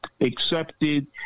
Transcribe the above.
accepted